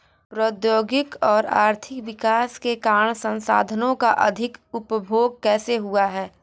प्रौद्योगिक और आर्थिक विकास के कारण संसाधानों का अधिक उपभोग कैसे हुआ है?